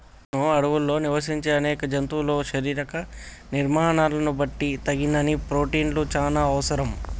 వును అడవుల్లో నివసించే అనేక జంతువుల శరీర నిర్మాణాలను బట్టి తగినన్ని ప్రోటిన్లు చానా అవసరం